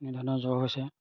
এনেধৰণৰ জ্বৰ হৈছে